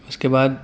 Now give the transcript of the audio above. اس کے بعد